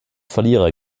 verlierer